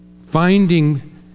Finding